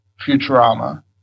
Futurama